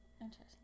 Interesting